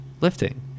lifting